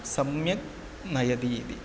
सम्यक् नयति इति